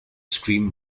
scream